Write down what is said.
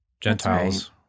Gentiles